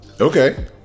Okay